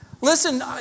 Listen